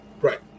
right